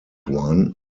one